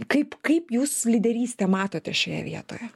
kaip kaip jūs lyderystę matote šioje vietoje